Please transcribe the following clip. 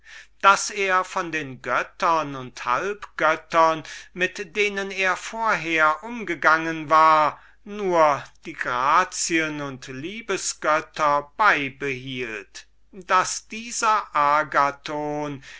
daß er von den göttern und halbgöttern mit denen er vorher umgegangen war nur die grazien und liebesgötter beibehielt daß dieser agathon